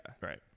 Right